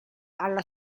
alla